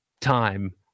time